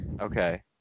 Okay